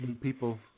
people